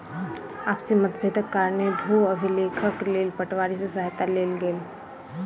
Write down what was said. आपसी मतभेदक कारणेँ भू अभिलेखक लेल पटवारी के सहायता लेल गेल